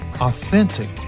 authentic